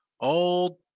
Old